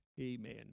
Amen